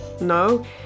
No